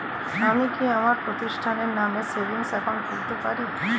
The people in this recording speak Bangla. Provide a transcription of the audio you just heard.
আমি কি আমার প্রতিষ্ঠানের নামে সেভিংস একাউন্ট খুলতে পারি?